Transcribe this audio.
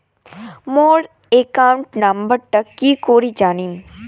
মোর account নাম্বারটা কি করি জানিম?